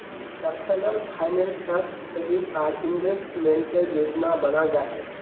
personal फाइनेंसत saving आर इन्वेस्टमेंटेर योजना बनाल जा छेक